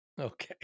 Okay